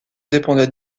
dépendait